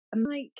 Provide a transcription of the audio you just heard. Mike